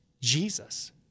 Jesus